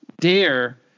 dare